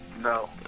no